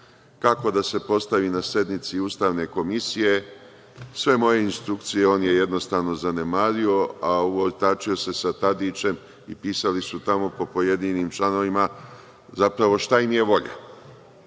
kako da se postavi na sednici Ustavne komisije. Sve moje instrukcije on je jednostavno zanemario, a uortačio se sa Tadićem i pisali su tamo po pojedinim članovima šta im je volja. Šta